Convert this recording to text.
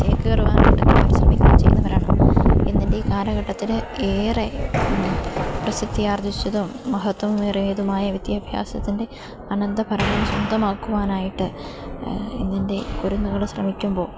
ചേക്കേറുവാനുണ്ട് അവർ ശ്രമിക്കുകയും ചെയ്യുന്നവരാണ് ഇതിൻ്റെ ഈ കാലഘട്ടത്തിൽ ഏറെ പ്രസിദ്ധിയാർജ്ജിച്ചതും മഹത്വമേറിയതുമായ വിദ്യാഭ്യാസത്തിൻ്റെ അനന്തപർവ്വം ശുദ്ധമാക്കുവാനായിട്ട് നിൻ്റെ കുരുന്നുകൾ ശ്രമിക്കുമ്പോൾ